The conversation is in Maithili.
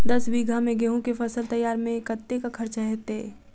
दस बीघा मे गेंहूँ केँ फसल तैयार मे कतेक खर्चा हेतइ?